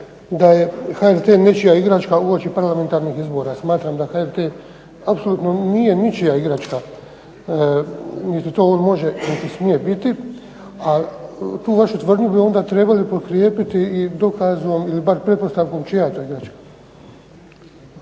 da je HRT nečija igračka uoči parlamentarnih izbora. Smatram da HRT apsolutno nije ničija igračka niti to može niti smije biti, a tu vašu tvrdnju bi onda trebali potkrijepiti i dokazom ili bar pretpostavkom čija je to igračka.